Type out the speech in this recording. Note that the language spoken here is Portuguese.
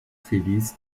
feliz